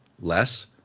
less